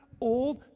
Old